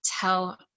tell